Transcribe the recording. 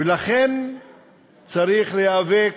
ולכן צריך להיאבק